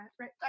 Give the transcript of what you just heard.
right